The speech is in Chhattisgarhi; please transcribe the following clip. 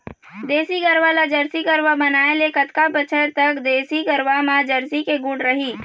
देसी गरवा ला जरसी गरवा बनाए ले कतका बछर तक देसी गरवा मा जरसी के गुण रही?